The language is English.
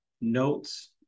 notes